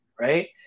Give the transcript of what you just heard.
right